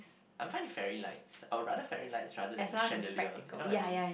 I'm fine with fairy lights I'd rather a fairy lights rather than a chandelier you know what I mean